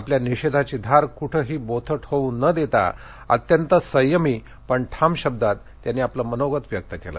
आपल्या निषेधाची धार कुठेही बोथट होऊ न देताना अत्यंत संयमी पण ठाम शब्दात त्यांनी आपलं मनोगत व्यक्त केलं